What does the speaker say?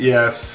Yes